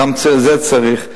גם את זה צריך.